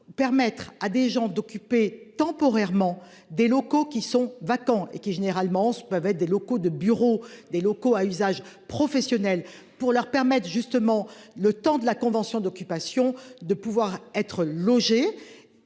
permettre à des gens d'occuper temporairement des locaux qui sont vacants et qui, généralement, ce peuvent être des locaux de bureaux des locaux à usage professionnel pour leur permettent justement le temps de la convention d'occupation de pouvoir être logés.